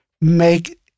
make